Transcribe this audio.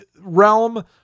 realm